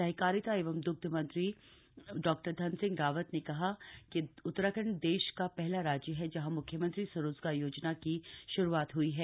सहकारिता एवं द्ग्ध विकास मंत्री डॉधन सिंह रावत ने कहा कि उत्तराखण्ड देश का पहला राज्य है जहां म्ख्यमंत्री स्वरोजगार योजना की श्रू त हई है